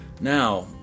Now